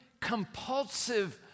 compulsive